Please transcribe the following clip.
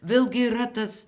vėlgi yra tas